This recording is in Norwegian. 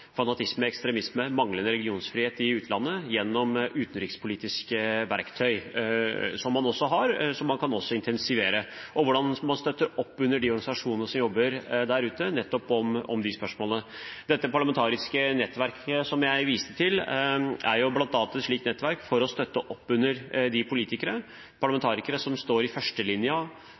fanatisme, ekstremisme, manglende religionsfrihet i utlandet gjennom utenrikspolitiske verktøy, som man har, og som man kan intensivere, og hvordan man støtter opp under de organisasjonene som jobber der ute nettopp om de spørsmålene. Det parlamentariske nettverket som jeg viste til, er bl.a. et slikt nettverk for å støtte opp under de politikere, parlamentarikere, som står i